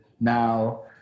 now